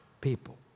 people